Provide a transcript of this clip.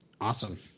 Awesome